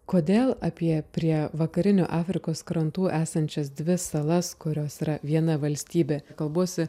kodėl apie prie vakarinių afrikos krantų esančias dvi salas kurios yra viena valstybė kalbuosi